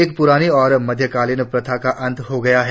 एक पुरानी और मध्यकालीन प्रथा का अंत हो गया है